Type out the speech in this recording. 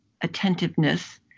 attentiveness